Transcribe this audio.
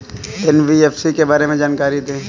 NBFC के बारे में जानकारी दें?